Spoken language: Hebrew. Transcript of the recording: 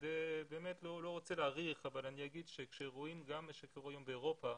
אני לא רוצה להאריך אבל אני אומר שמה שקורה היום באירופה,